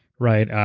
right,